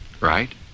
right